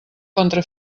contra